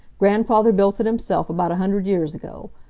grandfather built it himself about a hundred years ago.